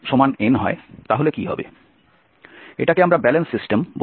এটাকে আমরা balance system বলি